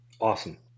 Awesome